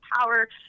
power